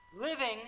living